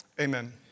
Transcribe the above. Amen